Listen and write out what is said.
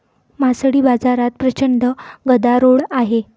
मासळी बाजारात प्रचंड गदारोळ आहे